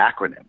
acronym